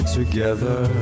together